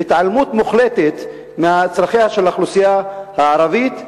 ויש התעלמות מוחלטת מצרכיה של האוכלוסייה הערבית.